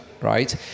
right